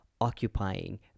occupying